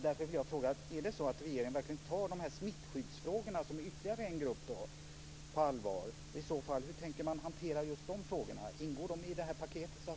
Därför vill jag fråga: Tar regeringen verkligen de här smittskyddsfrågorna, som är ytterligare en grupp, på allvar, och hur tänker man i så fall hantera de frågorna? Ingår de i paketet?